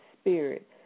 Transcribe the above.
spirit